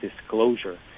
disclosure